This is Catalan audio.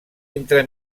entre